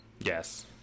Yes